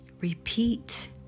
Repeat